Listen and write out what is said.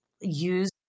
use